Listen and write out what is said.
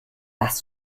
das